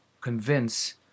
convince